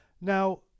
Now